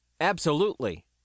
Absolutely